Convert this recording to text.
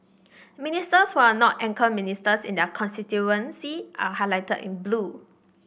Ministers who are not anchor ministers in their constituency are highlighted in blue